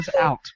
out